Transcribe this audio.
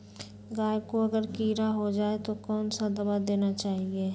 गाय को अगर कीड़ा हो जाय तो कौन सा दवा देना चाहिए?